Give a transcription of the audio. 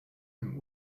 dem